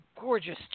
gorgeous